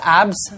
abs